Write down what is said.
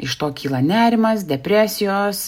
iš to kyla nerimas depresijos